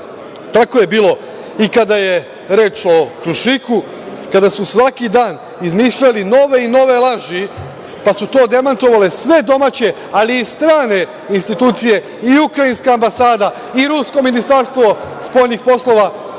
krug. Tako je bilo i kada je reč o „Krušiku“, kada su svaki dan izmišljali nove i nove laži, pa su to demantovale sve domaće, ali i strane institucije i ukrajinska ambasada i rusko Ministarstvo spoljnih poslova